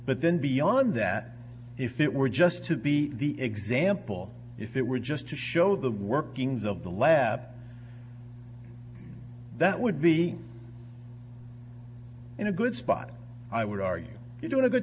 but then beyond that if it were just to be the example if it were just to show the workings of the lab that would be in a good spot i would argue you doing a good